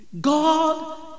God